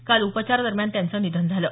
काल उपचारादरम्यान त्यांचं निधन झालं